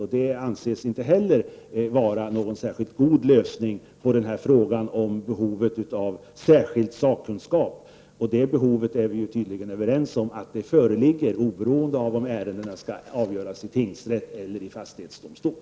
Det anses inte heller vara någon god lösning på frågan om behovet av särskild sakkunskap, något som vi tydligen är överens om föreligger oberoende av om ärendena skall avgöras i tingsrätt eller i fastighetsdomstol.